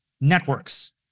networks